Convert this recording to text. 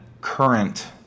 current